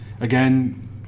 again